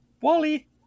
Wally